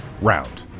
round